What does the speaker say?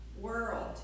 world